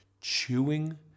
chewing